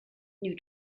new